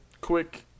quick